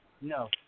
No